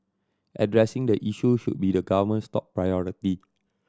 addressing the issue should be the government's top priority